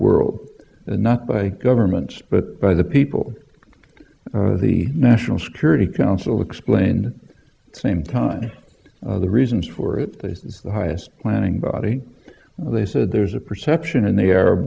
world not by governments but by the people of the national security council explained the same time the reasons for it the highest planning body they said there's a perception and they ar